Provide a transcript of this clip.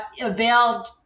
availed